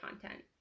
content